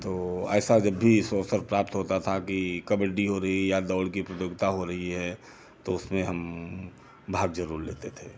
तो ऐसा जब भी सुअवसर प्राप्त होता था कि कबड्डी हो रही है या दौड़ की प्रतियोगिता हो रही है तो उसमें हम भाग जरूर लेते थे